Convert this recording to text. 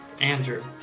Andrew